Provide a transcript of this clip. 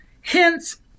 hence